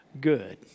good